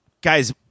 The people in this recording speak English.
guys